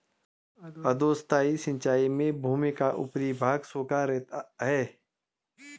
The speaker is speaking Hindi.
अधोसतही सिंचाई में भूमि का ऊपरी भाग सूखा रहता है